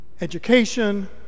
education